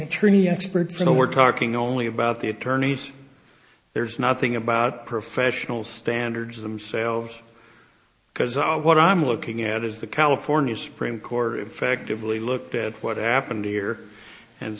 attorney expert you know we're talking only about the attorneys there's nothing about professional standards themselves because all what i'm looking at is the california supreme court effectively looked at what happened here and